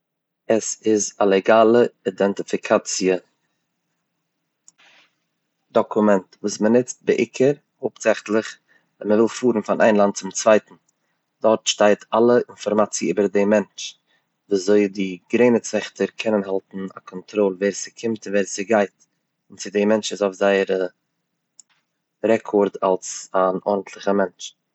עס איז א לעגאלע אידענטיפיקאציע דאקומענט וואס מען נוצט בעיקר הויפטזעכטלעך ווען מען וויל פארן פון איין לאנד צום צווייטן, דארט שטייט אלע אינפארמאציע איבער דעם מענטש, ווי אזוי די גרעניץ וועכטער קענען האלטן קאנטראל ווער ס'קומט און ווער ס'גייט, צו די מענטש איז אויף זייער רעקארד אלס אן ארנטליכע מענטש.